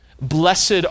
Blessed